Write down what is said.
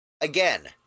Again